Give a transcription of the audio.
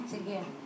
again